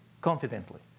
confidently